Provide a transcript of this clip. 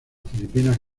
filipinas